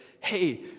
hey